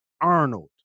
Arnold